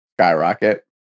skyrocket